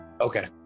Okay